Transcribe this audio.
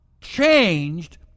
changed